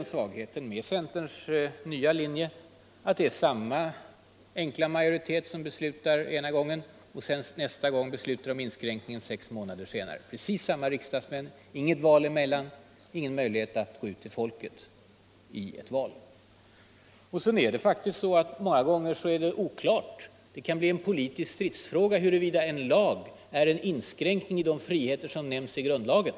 Svagheten med centerns nya linje är att det är samma enkla majoritet som beslutar ena gången och som nästa gång beslutar om inskränkningar, sex månader senare. Det är precis samma riksdagsmän, inget val mellan de båda gångerna, ingen möjlighet att gå ut till folket i ett val. Många gånger är det faktiskt också oklart och kan bli en politisk stridsfråga huruvida en lag är en inskränkning i de friheter som nämns i grundlagen.